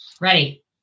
Ready